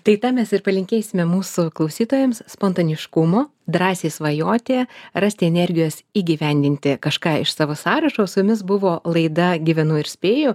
tai tą mes ir palinkėsime mūsų klausytojams spontaniškumo drąsiai svajoti rasti energijos įgyvendinti kažką iš savo sąrašo su jumis buvo laida gyvenu ir spėju